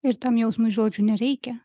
ir tam jausmui žodžių nereikia